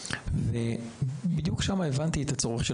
שם הבנתי את הצורך של